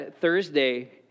Thursday